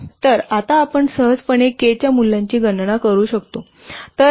तर आता आपण सहजपणे K च्या मूल्याची गणना करू शकतो